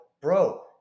bro